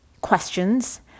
questions